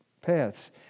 paths